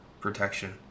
protection